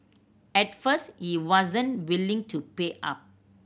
at first he wasn't willing to pay up